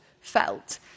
felt